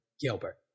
Gilbert